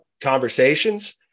conversations